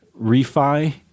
refi